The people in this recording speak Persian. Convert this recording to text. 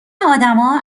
آدما